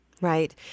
Right